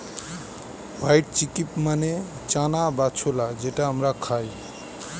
white chickpea মানে চানা বা ছোলা যেটা আমরা খাই